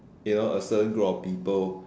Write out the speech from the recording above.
you know a certain group of people